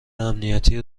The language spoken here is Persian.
امنیتی